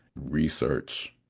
research